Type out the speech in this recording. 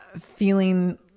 feeling